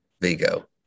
Vigo